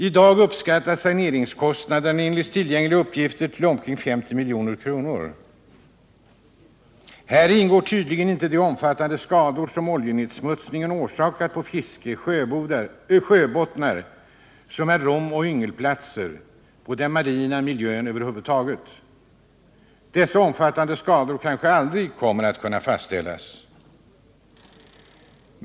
I dag uppskattas saneringskostnaderna enligt tillgängliga uppgifter till omkring 50 milj.kr. Häri ingår tydligen inte de omfattande skador som oljenedsmutsningen orsakat på fiske och sjöbottnar, som är romoch yngelplatser, och på den marina miljön över huvud taget. Kostnaderna för dessa omfattande skador kanske aldrig kommer att kunna fastställas.